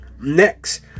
Next